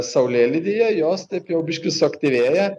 saulėlydyje jos taip jau biškį suaktyvėja